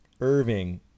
Irving